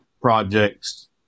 projects